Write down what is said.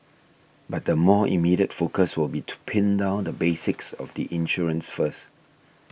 but the more immediate focus will be to pin down the basics of the insurance first